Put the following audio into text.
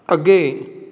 ਅੱਗੇ